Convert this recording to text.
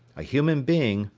a human being,